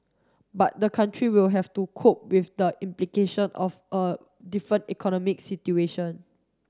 but the country will have to cope with the implication of a different economic situation